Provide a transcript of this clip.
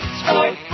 sport